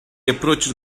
approached